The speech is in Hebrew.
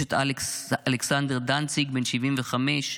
יש את אלכס, אלכסנדר דנציג, בן 75,